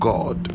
God